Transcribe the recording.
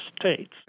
states